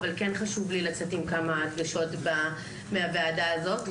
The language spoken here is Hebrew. אבל חשוב לי לצאת עם כמה הדגשות מהוועדה הזאת.